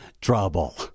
Trouble